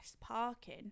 parking